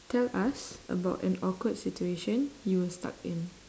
tell us about an awkward situation you were stuck in